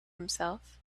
himself